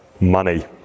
money